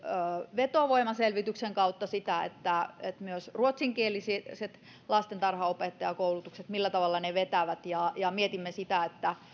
vetovoimaselvityksen kautta sitä että millä tavalla myös ruotsinkieliset lastentarhanopettajakoulutukset vetävät ja ja mietimme sitä että